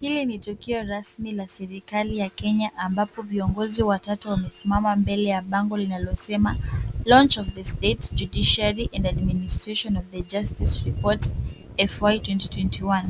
Hii ni tukio rasmi la serikali ya Kenya, ambapo viongozi watatu wamesima mbele ya bango linalosema; launch of the state judicuary and administration of the justice report FY-2021 ,